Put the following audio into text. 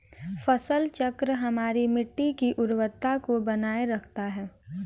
फसल चक्र हमारी मिट्टी की उर्वरता को बनाए रखता है